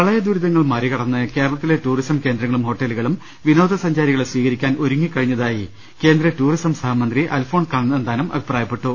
പ്രളയദൂരിതങ്ങൾ മറികടന്ന് കേരളത്തിലെ ടൂറിസം കേന്ദ്രങ്ങളും ഹോട്ടലുകളും വിനോദസഞ്ചാരികളെ സ്വീകരിക്കാൻ ഒരുങ്ങിക്കഴിഞ്ഞതായി കേന്ദ്ര ടൂറിസം സഹമന്ത്രി അൽഫോൻസ് കണ്ണന്താനം പറഞ്ഞു